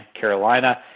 Carolina